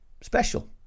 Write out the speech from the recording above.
special